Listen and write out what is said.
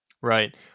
right